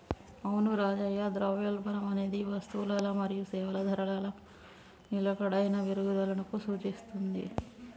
అవును రాజయ్య ద్రవ్యోల్బణం అనేది వస్తువులల మరియు సేవల ధరలలో నిలకడైన పెరుగుదలకు సూచిత్తది